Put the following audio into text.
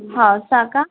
हां सांगा